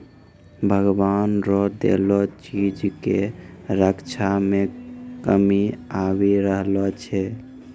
भगवान रो देलो चीज के रक्षा मे कमी आबी रहलो छै